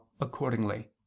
accordingly